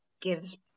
gives